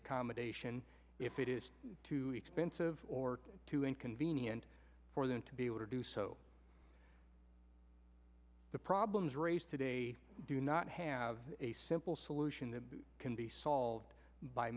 accommodation if it is too expensive or too inconvenient for them to be able to do so the problems raised today do not have a simple solution that can be solved by